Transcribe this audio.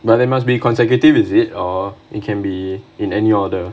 but they must be consecutive is it or it can be in any order